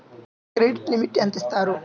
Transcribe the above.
Credit limit ఎంత ఇస్తారు?